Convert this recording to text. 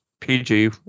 PG